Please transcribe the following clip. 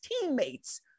teammates